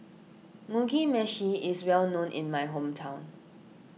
Mugi Meshi is well known in my hometown